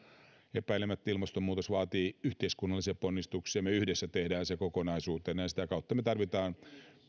epäilemättä ilmastonmuutos vaatii yhteiskunnallisia ponnistuksia me yhdessä teemme sen kokonaisuutena ja sitä kautta me tarvitsemme